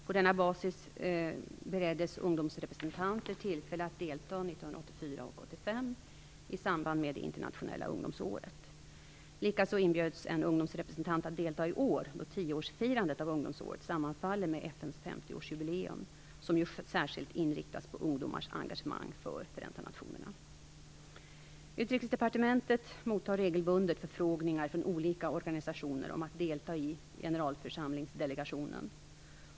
På denna basis bereddes ungdomsrepresentanter tillfälle att delta 1984 och 1985 i samband med det internationella ungdomsåret. Likaså inbjöds en ungdomsrepresentant att delta i år, då 10-årsfirandet av ungdomsåret sammanfaller med FN:s 50-årsjubileum, som ju särskilt inriktas på ungdomars engagemang för Utrikesdepartementet mottar regelbundet förfrågningar från olika organisationer om att delta i generalförsamlingsdelegationen.